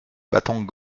battant